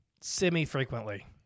semi-frequently